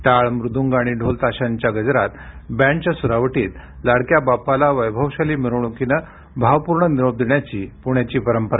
टाळ मृदुंग आणि ढोलताशाच्या गजरात बँडच्या सुरावटीत लाडक्या बाप्पाला वैभवशाली मिरवणूकीनं भावपूर्ण निरोप देण्याची पुण्याची परंपरा